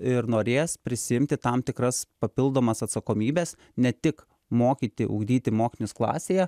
ir norės prisiimti tam tikras papildomas atsakomybes ne tik mokyti ugdyti mokinius klasėje